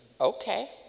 okay